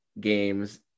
games